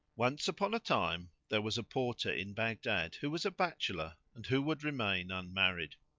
once upon a time there was a porter in baghdad, who was a bachelor and who would remain unmarried.